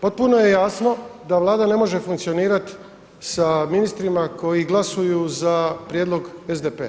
Potpuno je jasno da Vlada ne može funkcionirati sa ministrima koji glasuju za prijedlog SDP-a.